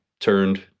turned